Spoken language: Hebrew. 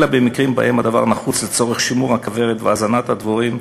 אלא במקרים שבהם הדבר נחוץ לצורך שימור הכוורת והזנת הדבורים,